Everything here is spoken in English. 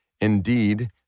Indeed